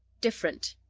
different,